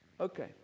Okay